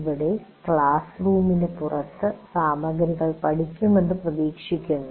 ഇവിടെ ക്ലാസ് റൂമിന് പുറത്ത് സാമഗ്രികൾ പഠിക്കുമെന്ന് പ്രതീക്ഷിക്കുന്നു